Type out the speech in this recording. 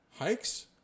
hikes